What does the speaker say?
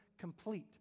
complete